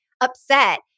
upset